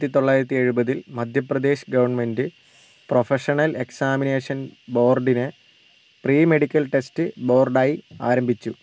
ആയിരത്തിതൊള്ളായിരത്തിഎഴുപതിൽ Madhya Pradesh government professional examination ബോർഡിനെ pre medical test ബോർഡായി ആരംഭിച്ചു